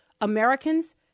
Americans